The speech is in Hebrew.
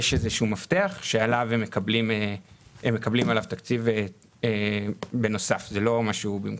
יש איזשהו מפתח שעליו הם מקבלים תקציב בנוסף ולא במקום.